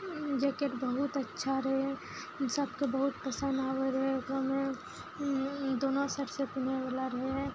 jacket बहुत अच्छा रहै सबके बहुत पसन्द आबै रहै गाँवमे दुनू साइडसॅं पहिरे बला रहै